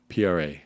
pra